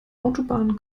autobahn